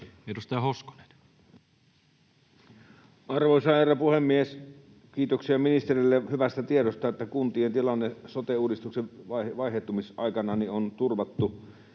19:10 Content: Arvoisa herra puhemies! Kiitoksia ministerille hyvästä tiedosta, että kuntien tilanne sote-uudistuksen vaihettumisaikana on turvattu.